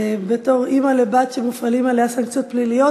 בתור אימא לבת שמופעלות עליה סנקציות פליליות,